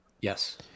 yes